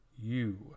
you